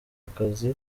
akazi